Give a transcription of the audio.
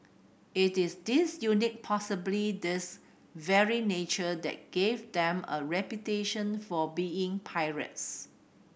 it is this quite possibly this very nature that gave them a reputation for being pirates